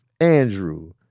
Andrew